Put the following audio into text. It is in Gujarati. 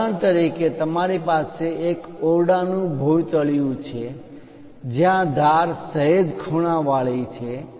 ઉદાહરણ તરીકે તમારી પાસે એક ઓરડા નુ ભોંયતળિયું છે જ્યાં ધાર સહેજ ખૂણા વાળી છે